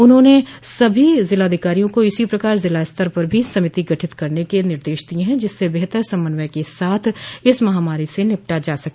उन्होंने सभी जिलाधिकारियों को इसी प्रकार जिला स्तर पर भी समिति गठित करने के निर्देश दिये हैं जिससे बेहतर समन्वय के साथ इस महामारी से निपटा जा सके